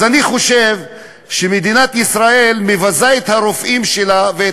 אז אני חושב שמדינת ישראל מבזה את